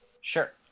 Sure